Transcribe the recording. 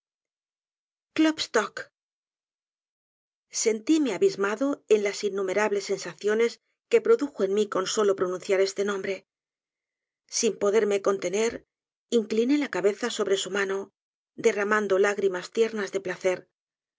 dicigndo klopstock sentíme abismado enlas innumerables sensaciones que produjo ea mí con solo pronunciar este nombre sin poderme cesiiener incliné laica beza sobre su mano derramando lágrimas tiernas de placer